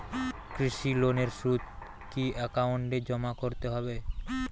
কৃষি লোনের সুদ কি একাউন্টে জমা করতে হবে?